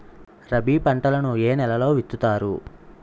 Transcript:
రబీ పంటలను ఏ నెలలో విత్తుతారు?